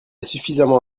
suffisamment